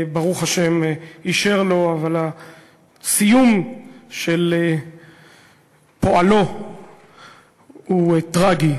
ברוך השם, אישר לו, אבל הסיום של פועלו הוא טרגי,